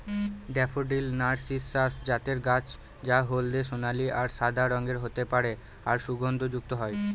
daffodil narcissus জাতের গাছ যা হলদে সোনালী আর সাদা রঙের হতে পারে আর সুগন্ধযুক্ত হয়